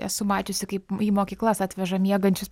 esu mačiusi kaip į mokyklas atveža miegančius